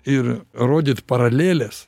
ir rodyt paraleles